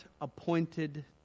appointed